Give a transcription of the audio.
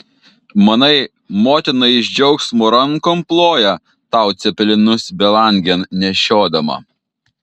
manai motina iš džiaugsmo rankom ploja tau cepelinus belangėn nešiodama